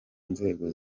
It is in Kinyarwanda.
nzego